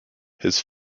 his